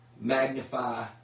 magnify